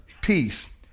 peace